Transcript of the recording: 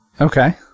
Okay